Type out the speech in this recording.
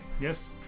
yes